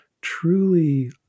truly